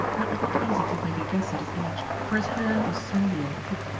and it was not easy to make a guess at his age, for his hair was sandy and thick,